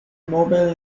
mobile